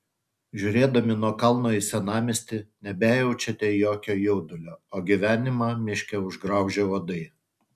žiūrėdami nuo kalno į senamiestį nebejaučiate jokio jaudulio o gyvenimą miške užgraužė uodai